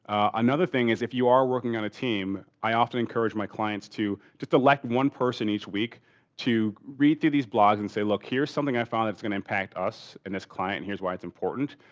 another thing is if you are working on a team i often encourage my clients to just elect one person each week to read through these blogs and say look, here's something i found that's gonna impact us in this client. here's why it's important.